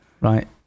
Right